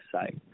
site